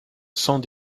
cent